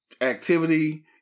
activity